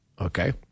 Okay